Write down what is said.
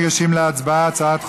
על הצעת חוק,